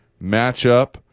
matchup